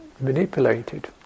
manipulated